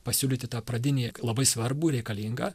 pasiūlyti tą pradinį labai svarbų reikalingą